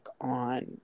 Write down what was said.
on